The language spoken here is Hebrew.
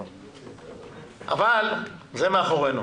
אבל זה מאחורינו.